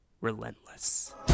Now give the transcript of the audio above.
relentless